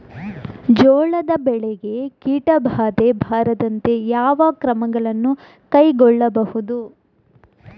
ಜೋಳದ ಬೆಳೆಗೆ ಕೀಟಬಾಧೆ ಬಾರದಂತೆ ಯಾವ ಕ್ರಮಗಳನ್ನು ಕೈಗೊಳ್ಳಬಹುದು?